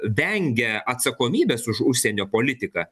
vengia atsakomybės už užsienio politiką